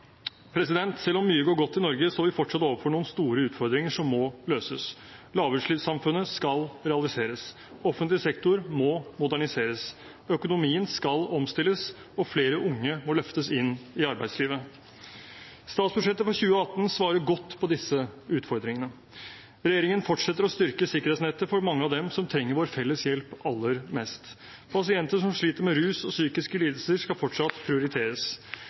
Selv om mye går godt i Norge, står vi fortsatt overfor noen store utfordringer som må løses. Lavutslippssamfunnet skal realiseres, offentlig sektor må moderniseres, økonomien skal omstilles, og flere unge må løftes inn i arbeidslivet. Statsbudsjettet for 2018 svarer godt på disse utfordringene. Regjeringen fortsetter å styrke sikkerhetsnettet for mange av dem som trenger vår felles hjelp aller mest. Pasienter som sliter med rus og psykiske lidelser, skal fortsatt prioriteres.